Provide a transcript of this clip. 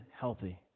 healthy